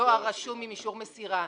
דואר רשום עם אישור מסירה.